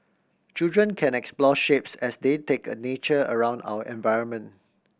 children can explore shapes as they take a nature around our environment